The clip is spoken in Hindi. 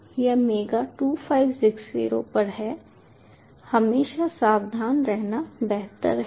यह मेगा 2560 पर है हमेशा सावधान रहना बेहतर है